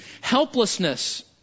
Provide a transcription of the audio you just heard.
helplessness